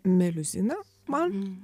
meliuzina man